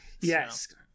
Yes